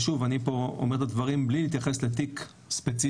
ושוב אני פה אומר את הדברים מבלי להתייחס לתיק ספציפי,